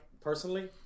personally